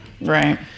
Right